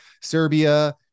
Serbia